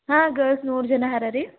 ಹಾಂ ಗಲ್ಸ್ ನೂರು ಜನ ಹರರಿ